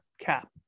cap